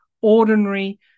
ordinary